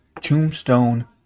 Tombstone